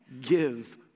Give